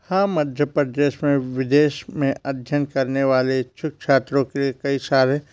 हाँ मध्य प्रदेश में विदेश में अध्ययन करने वाले इच्छुक छात्रों के कई सारे